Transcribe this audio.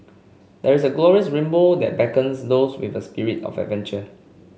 there is a glorious rainbow that beckons those with a spirit of adventure